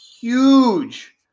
huge